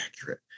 accurate